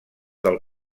del